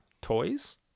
toys